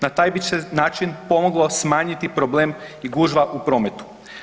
Na taj bi se način pomoglo smanjiti problem i gužva u prometu.